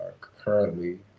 currently